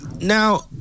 Now